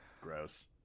Gross